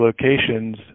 locations